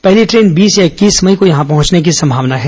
पहली ट्रेन बीस या इक्कीस मई को यहां पहंचने की संभावना है